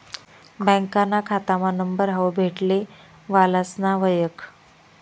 बँकाना खातामा नंबर हावू भेटले वालासना वयख